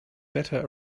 better